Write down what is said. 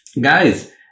Guys